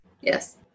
Yes